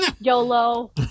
YOLO